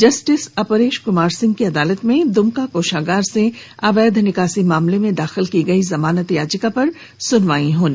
justice Apresh Kumar Singh की अदालत में दुमका कोषागार से अवैध निकासी मामले में दाखिल की गयी जमानत याचिका पर सुनवाई होगी